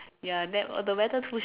ya nap orh the weather too